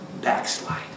Backslide